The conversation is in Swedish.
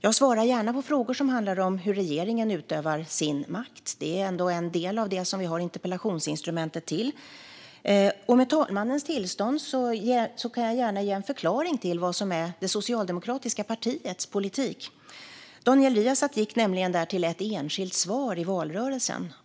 Jag svarar gärna på frågor som handlar om hur regeringen utövar sin makt. Det är ändå en del av det vi har interpellationsinstrumentet till. Med talmannens tillstånd kan jag ge en förklaring till det som är det socialdemokratiska partiets politik. Daniel Riazat hänvisade nämligen till ett enskilt svar i valrörelsen.